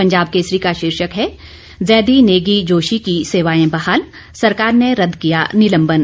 पंजाब केसरी का शीर्षक है जैदी नेगी जोशी की सेवाएं बहाल सरकार ने रद्द किया निलंबन